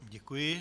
Děkuji.